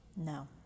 No